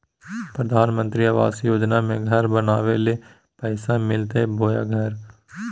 प्रधानमंत्री आवास योजना में घर बनावे ले पैसा मिलते बोया घर?